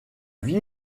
vie